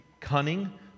cunning